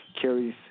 carries